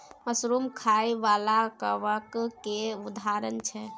mushroom खाइ बला कबक केर उदाहरण छै